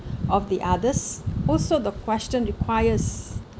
of the others also the question requires